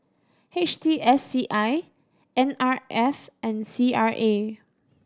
H T S C I N R F and C R A